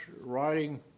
writing